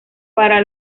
para